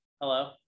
Hello